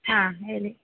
ಹಾಂ ಹೇಳಿ